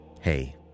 hey